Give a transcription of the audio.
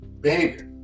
behavior